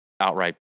outright